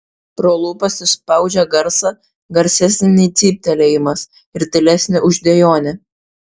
pro lūpas išspaudžia garsą garsesnį nei cyptelėjimas ir tylesnį už dejonę